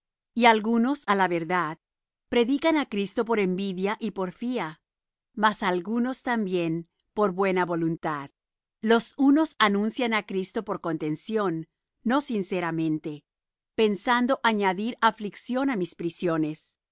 y algunos á la verdad predican á cristo por envidia y porfía mas algunos también por buena voluntad los unos anuncian á cristo por contención no sinceramente pensando añadir aflicción á mis prisiones